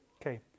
Okay